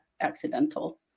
accidental